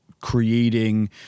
creating